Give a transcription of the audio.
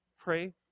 pray